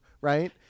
right